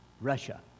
Russia